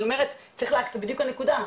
אני אומרת שזאת בדיוק הנקודה,